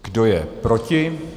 Kdo je proti?